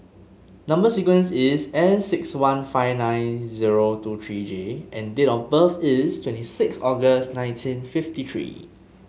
number sequence is S six one five nine zero two three J and date of birth is twenty six August nineteen fifty three